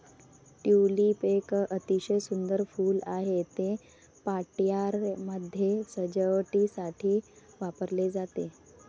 tulip एक अतिशय सुंदर फूल आहे, ते पार्ट्यांमध्ये सजावटीसाठी वापरले जाते